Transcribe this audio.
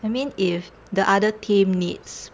I mean if the other team needs